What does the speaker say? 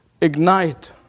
ignite